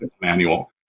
manual